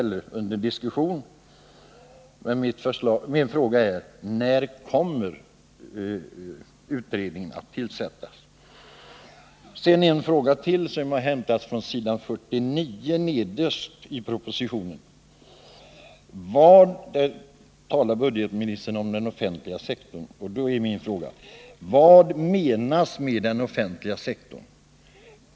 Längst ner på s. 49 i propositionen talar budgetministern om den offentliga sektorn.